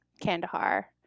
Kandahar